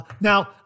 Now